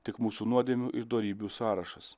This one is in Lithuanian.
tik mūsų nuodėmių ir dorybių sąrašas